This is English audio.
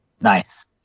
Nice